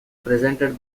presented